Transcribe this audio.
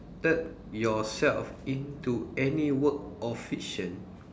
~ted yourself into any work or fiction